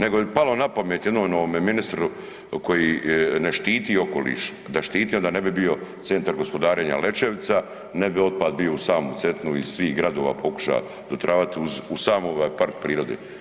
Nego je palo na pamet jednom ministru koji ne štiti okoliš, da štiti onda ne bi bio centar gospodarenja Lećevica, ne bi otpad bio uz samu Cetinu iz svih gradova pokuša dotravat uz samoga park prirode.